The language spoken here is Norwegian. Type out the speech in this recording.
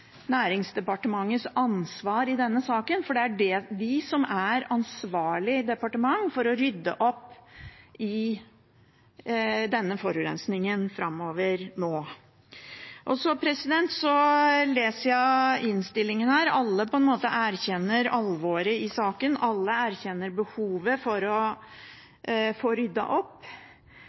Næringsdepartementets ansvar i denne saken, for det er det som er ansvarlig departement for å rydde opp i denne forurensningen framover nå. Så leser jeg av innstillingen at alle på en måte erkjenner alvoret i saken, alle erkjenner behovet for å få ryddet opp.